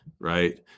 right